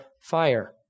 fire